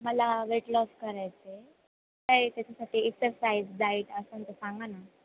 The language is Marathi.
मला वेट लॉस करायचं आहे काही त्याच्यासाठी एक्सरसाईज डाईट असेल तर सांगा ना